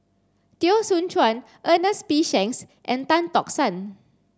Teo Soon Chuan Ernest P Shanks and Tan Tock San